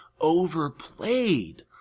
overplayed